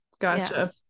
Gotcha